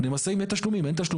נמסה אם יש תשלומים.